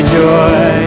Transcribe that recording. joy